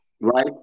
right